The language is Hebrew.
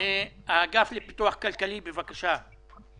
מן האגף לפיתוח חברתי-כלכלי במשרד לשוויון חברתי,